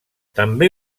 també